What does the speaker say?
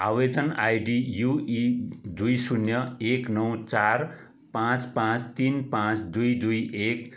आवेदन ID U E दुई शून्य एक नौ चार पाँच पाँच तिन पाँच दुई दुई एक